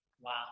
Wow